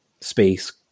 space